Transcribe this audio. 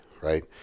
right